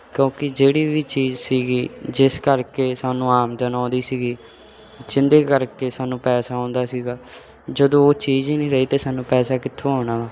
ਕਿਉਂਕਿ ਜਿਹੜੀ ਵੀ ਚੀਜ਼ ਸੀਗੀ ਜਿਸ ਕਰਕੇ ਸਾਨੂੰ ਆਮਦਨ ਆਉਂਦੀ ਸੀਗੀ ਜਿਹਦੇ ਕਰਕੇ ਸਾਨੂੰ ਪੈਸਾ ਆਉਂਦਾ ਸੀਗਾ ਜਦੋਂ ਉਹ ਚੀਜ਼ ਹੀ ਨਹੀਂ ਰਹੀ ਤਾਂ ਸਾਨੂੰ ਪੈਸਾ ਕਿੱਥੋਂ ਆਉਣਾ ਵਾ